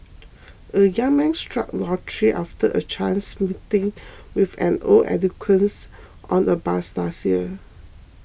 a young man struck lottery after a chance meeting with an old acquaintance on a bus last year